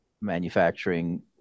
manufacturing